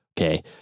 okay